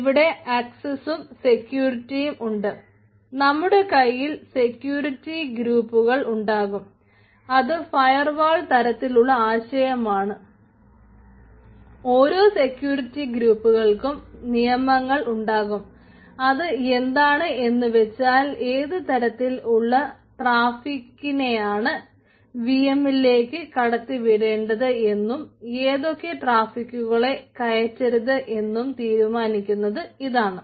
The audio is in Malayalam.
ഇവിടെ അക്സസും വി എം ലേക്ക് കടത്തിവിടേണ്ടത് എന്നും ഏതൊക്കെ ട്രാഫിക്കുകളെ കയറ്റരുത് എന്നും തീരുമാനിക്കുന്നത് ഇതാണ്